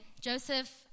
Joseph